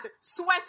sweat